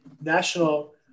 national